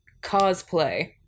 cosplay